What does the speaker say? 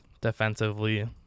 defensively